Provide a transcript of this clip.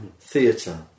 theatre